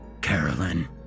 Carolyn